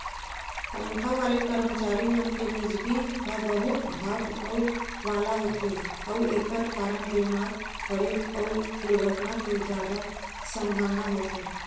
तनखा वाले करमचारी मन के निजगी ह बहुत भाग दउड़ वाला होथे अउ एकर कारन बेमार परे अउ दुरघटना के जादा संभावना होथे